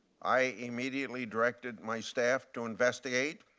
i immediately directed my staff to investigate,